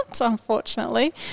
unfortunately